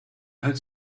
had